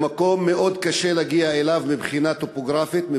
זה מקום שמאוד קשה להגיע אליו מבחינה טופוגרפית,